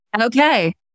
Okay